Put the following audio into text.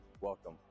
Welcome